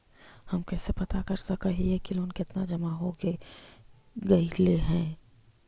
हम कैसे पता कर सक हिय की लोन कितना जमा हो गइले हैं?